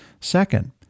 Second